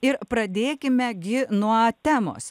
ir pradėkime gi nuo temos